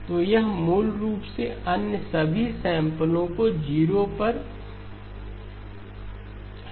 तो यह मूल रूप से अन्य सभी सैंपल को 0 पर सेट करता है